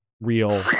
real